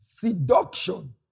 Seduction